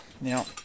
Now